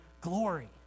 glory